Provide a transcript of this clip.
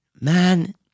Man